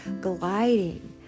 gliding